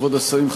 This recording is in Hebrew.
כבוד השרים,